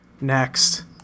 Next